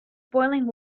boiling